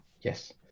yes